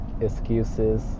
excuses